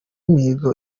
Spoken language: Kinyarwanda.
mihigo